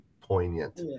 poignant